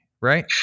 right